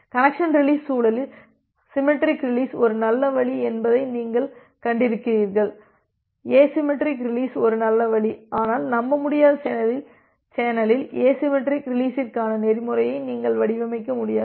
connection release சூழலில் symmetric release ஒரு நல்ல வழி என்பதை நீங்கள் கண்டிருக்கிறீர்கள் எசிமெட்ரிக் ரீலிஸ் ஒரு நல்ல வழி ஆனால் நம்பமுடியாத சேனலில் எசிமெட்ரிக் ரீலிஸ்ற்கான நெறிமுறையை நீங்கள் வடிவமைக்க முடியாது